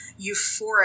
euphoric